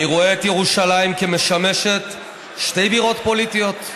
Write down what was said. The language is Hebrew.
"אני רואה את ירושלים כמשמשת שתי בירות פוליטיות: